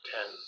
Ten